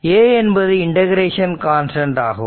A என்பது integration constant ஆகும்